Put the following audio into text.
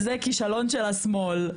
וזה כישלון של השמאל,